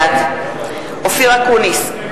בעד אופיר אקוניס,